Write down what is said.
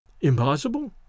Impossible